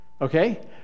Okay